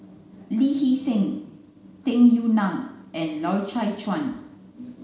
Lee Hee Seng Tung Yue Nang and Loy Chye Chuan